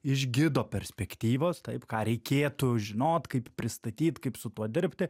iš gido perspektyvos taip ką reikėtų žinot kaip pristatyt kaip su tuo dirbti